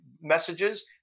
messages